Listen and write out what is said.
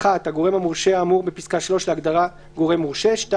(1) הגורם המורשה האמור בפסקה (3) להגדרה "גורם מורשה"; (2)